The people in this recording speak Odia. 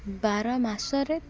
ବାର ମାସରେ